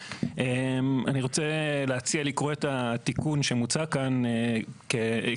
אני רוצה להציע לקרוא את התיקון שמוצע כאן כמכלול,